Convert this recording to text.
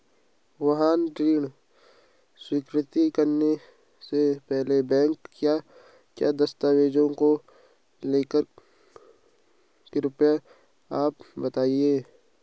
वाहन ऋण स्वीकृति करने से पहले बैंक क्या क्या दस्तावेज़ों को लेगा कृपया आप बताएँगे?